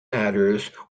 adders